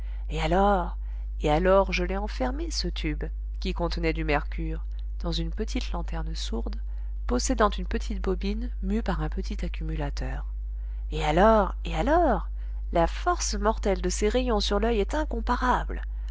et alors et alors je l'ai enfermé ce tube qui contenait du mercure dans une petite lanterne sourde possédant une petite bobine mue par un petit accumulateur et alors et alors la force mortelle de ces rayons sur l'oeil est incomparable